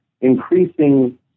increasing